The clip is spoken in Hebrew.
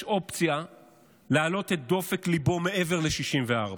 אופציה להעלות את דופק ליבו מעבר ל-64.